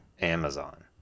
Amazon